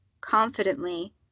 confidently